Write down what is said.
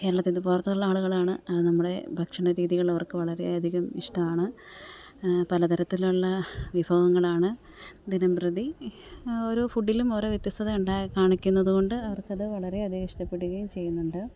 കേരളത്തിൻ്റെ പുറത്തുള്ള ആളുകളാണ് നമ്മളെ ഭക്ഷണ രീതികൾ അവർക്ക് വളരെ അധികം ഇഷ്ടമാണ് പല തരത്തിലുള്ള വിഭവങ്ങളാണ് ദിനംപ്രതി ഒരോ ഫുഡിലും ഓരോ വ്യത്യസ്തത ഉണ്ടായ കാണിക്കുന്നതു കൊണ്ട് അവർക്കത് വളരെ അധികം ഇഷ്ടപ്പെടുകയും ചെയ്യുന്നുണ്ട്